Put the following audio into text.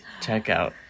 checkout